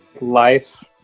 life